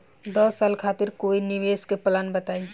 दस साल खातिर कोई निवेश के प्लान बताई?